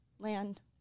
land